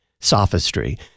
sophistry